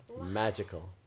Magical